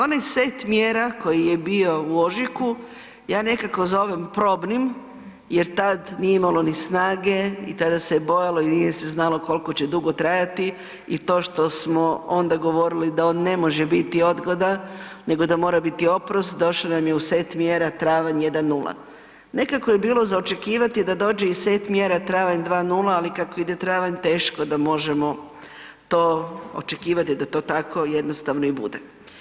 Onaj set mjera koji je bio u ožujku ja nekako zovem probnim jer tad nije imalo ni snage i tada se je bojalo i nije se znalo koliko će dugo trajati i to što smo onda govorili da on ne može biti odgoda, nego da mora biti oprost došao nam je u set mjera travanj 1 0. Nekako je bilo za očekivati da dođe i set mjera travanj 2 0, ali kako ide travanj teško da možemo to očekivati da to tako jednostavno i bude.